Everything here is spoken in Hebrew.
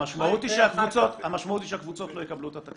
המשמעות היא שקבוצות לא יקבלו את התקציב.